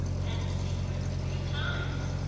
hadn't seen her three times.